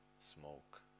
smoke